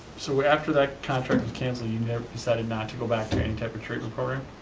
so after that contract was canceled, you decided not to go back to any type of treatment program?